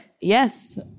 Yes